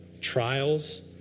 Trials